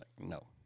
No